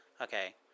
Okay